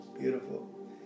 Beautiful